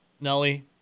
Nelly